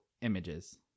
Images